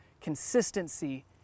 consistency